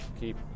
keep